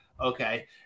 Okay